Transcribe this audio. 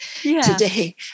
today